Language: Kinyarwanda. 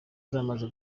zamaze